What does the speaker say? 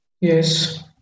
Yes